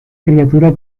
criatura